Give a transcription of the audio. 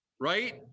right